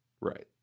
Right